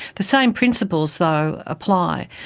the same principles though apply,